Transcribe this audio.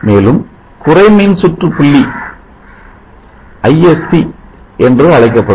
மேலும் குறைமின்சுற்று புள்ளி Isc என்று அழைக்கப்படும்